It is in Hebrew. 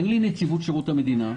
אין לי את נציבות שירות המדינה,